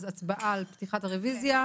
הצבעה על פתיחת הרביזיה.